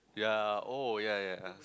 ya oh ya ya